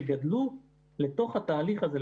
שגדלו לתוך התהליך הזה,